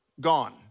gone